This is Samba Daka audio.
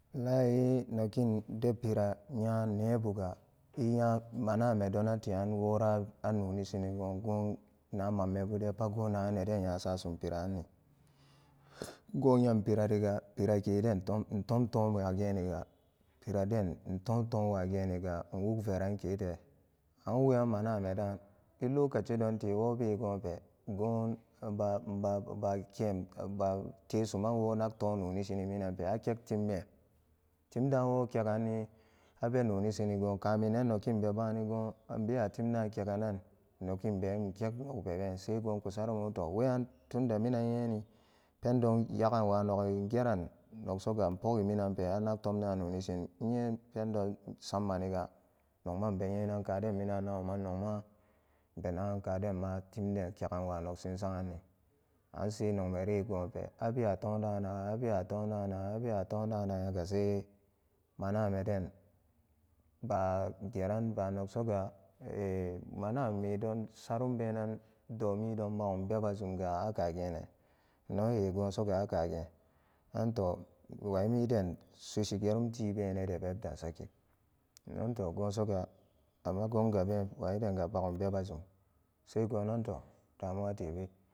Wallahi nogin de pira nya nebuga eya manamedonate nyan wora a noni sini gon na mammebu de pa go nagan neden nyasusum piranni gon nyampirariga pirakeden tom intomtom wageniga piraden into tomwageniga inwug keran kete an weyan manamedan elokaci donte webe gonpe gon ebu-ba-bakem batesuma wo nak pennonishini minanpe akektimben timda woke anni abenonisinigon kaminnan nokin beba nigo inbewa timdu keganan nokinbe inkegnogbeben sai goku sarumoto weyan tunde minan nyeni pendon yaganwa nogi ingeran noksoga inpogi minape anaktomdu nonishin innye pendon sammaniga nogma inbenyenan kaden mina'a naguman nogma inbenagan kadema timden kegan wu nogsin samanan ansai nogmenegonpe abewa tomda nagan abewa tomda nagan abewa tomda nagangasai manameden ba geran bun nogsogu e manamedonbe surumbenan domidon bagumbeba zumga akagene innogo soga e akagen anto waimiden sushigerum tibede bebda sake innoto googa amma gongabe nedenga bagumbebadzum sai gonan to damuwa tebe.